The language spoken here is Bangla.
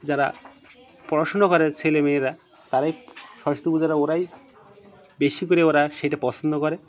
যারা পড়াশুনো করে ছেলেমেয়েরা তারাই সরস্বতী পূজাটা ওরাই বেশি করে ওরা সেটা পছন্দ করে